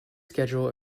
schedule